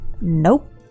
Nope